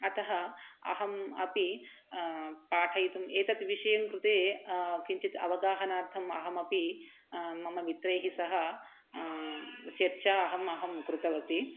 अतः अहम् अपि पाठयितुम् एतत् विषयं कृते किञ्चित् अवगाहनार्थम् अहमपि मम मित्रैः सह चर्चा अहं कृतवती